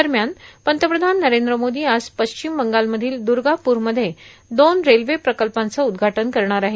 दरम्यान पंतप्रधान नरेंद्र मोदी आज पश्चिम बंगालमधील दुर्गापूरमध्ये दोन रेल्वे प्रकल्पांचं उद्घाटन करणार आहेत